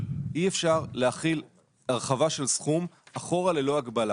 אי אפשר להחיל הרחבה של סכום אחורה ללא הגבלה.